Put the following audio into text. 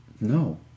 No